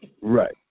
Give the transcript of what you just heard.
Right